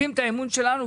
כלום.